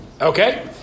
Okay